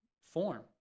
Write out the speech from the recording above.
form